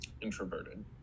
introverted